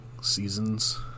seasons